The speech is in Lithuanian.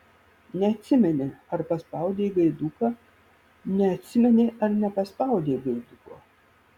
neatsimeni ar paspaudei gaiduką neatsimeni ar nepaspaudei gaiduko